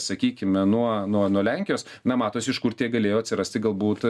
sakykime nuo nuo nuo lenkijos na matosi iš kur tie galėjo atsirasti galbūt